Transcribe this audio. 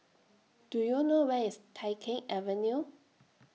Do YOU know Where IS Tai Keng Avenue